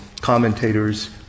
commentators